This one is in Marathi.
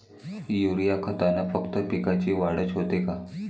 युरीया खतानं फक्त पिकाची वाढच होते का?